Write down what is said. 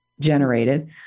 generated